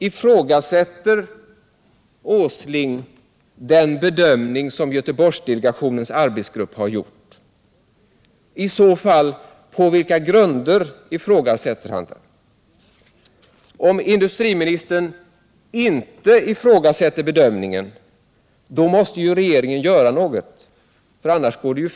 Ifrågasätter Nils Åsling den bedömning som Göteborgsdelegationens Om regeringsåtgär arbetsgrupp har gjort? I så fall på vilka grunder? Om industriministern — der med anledning inte ifrågasätter bedömningen, måste ju regeringen göra något, för annars — av NK/Åhléns går det fel.